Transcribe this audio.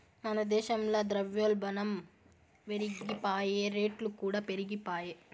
మన దేశంల ద్రవ్యోల్బనం పెరిగిపాయె, రేట్లుకూడా పెరిగిపాయె